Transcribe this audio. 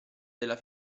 della